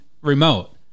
remote